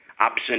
absent